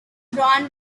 drawn